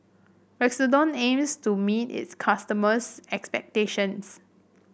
Redoxon aims to meet its customers' expectations